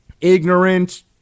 ignorant